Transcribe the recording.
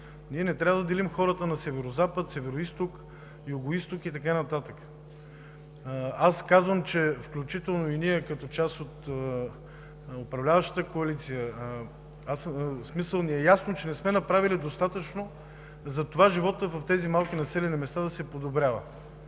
Ние не трябва да делим хората на северозапад, североизток, югоизток и така нататък. Казвам, че включително и ние, като част от управляващата коалиция, ни е ясно, че не сме направили достатъчно за това животът в тези малки населени места да се подобрява,